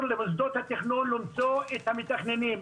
למוסדות התכנון למצוא את המתכננים.